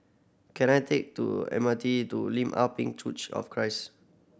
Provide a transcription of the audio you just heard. can I take to M R T to Lim Ah Pin of Christ